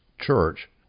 church